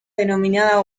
denominada